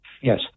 Yes